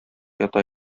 ята